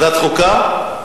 ועדת חוקה?